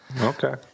Okay